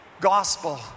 Gospel